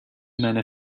meine